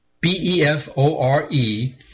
B-E-F-O-R-E